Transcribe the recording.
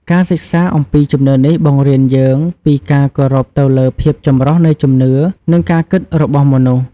ការសិក្សាអំពីជំនឿនេះបង្រៀនយើងពីការគោរពទៅលើភាពចម្រុះនៃជំនឿ និងការគិតរបស់មនុស្ស។